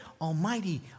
almighty